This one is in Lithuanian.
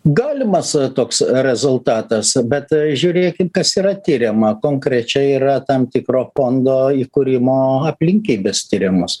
galimas toks rezultatas bet žiūrėkim kas yra tiriama konkrečiai yra tam tikro fondo įkūrimo aplinkybės tiriamos